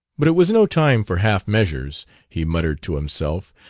but it was no time for half-measures, he muttered to himself.